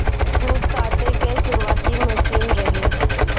सूत काते कअ शुरुआती मशीन रहे